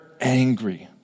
angry